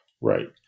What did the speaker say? right